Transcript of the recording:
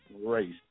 race